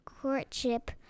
courtship